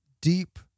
deep